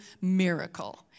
Miracle